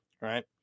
Right